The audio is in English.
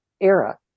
era